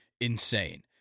insane